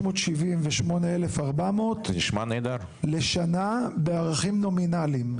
152,678,400 לשנה בערכים נומינליים.